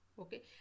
okay